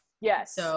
Yes